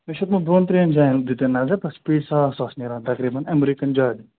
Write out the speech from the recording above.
مےٚ چھِ ہیوٚتمُت دۄن ترٛٮ۪ن جایَن دیُت مےٚ نظر تَتھ چھِ پیٖٹہِ ساس ساس نیران تقریٖباً اٮ۪مرِکَن زیادٕ